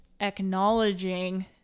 Acknowledging